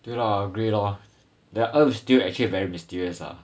对 lah I agree lor the earth is still actually very mysterious ah